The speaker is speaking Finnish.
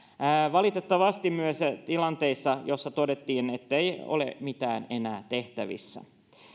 valitettavasti myös tilanteissa joissa todettiin ettei ole mitään enää tehtävissä